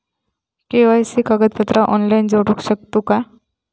KYC कागदपत्रा online जोडू शकतू का?